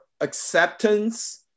acceptance